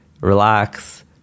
relax